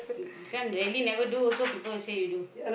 this one really never do also people will say you do